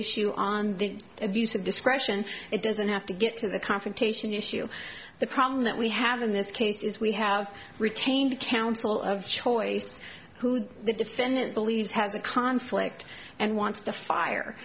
issue on the abuse of discretion it doesn't have to get to the confrontation issue the problem that we have in this case is we have retained counsel of choice who the defendant believes has a conflict and wants to fire